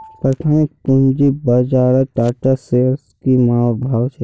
प्राथमिक पूंजी बाजारत टाटा शेयर्सेर की भाव छ